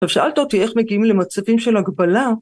ושאלת אותי איך מגיעים למצבים של הגבלה?